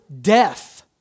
death